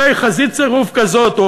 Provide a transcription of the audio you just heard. הרי חזית צירוף כזאת,